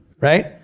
right